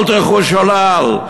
אל תלכו שולל,